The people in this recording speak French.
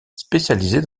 spécialisé